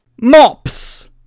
Mops